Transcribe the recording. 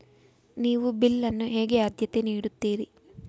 ನೀವು ಬಿಲ್ ಅನ್ನು ಹೇಗೆ ಆದ್ಯತೆ ನೀಡುತ್ತೀರಿ?